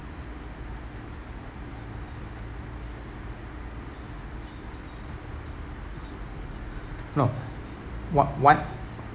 no one one